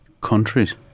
Countries